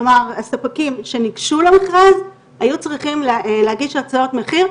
כלומר הספקים שניגשו למכרז היו צריכים להגיש הצעות מחיר,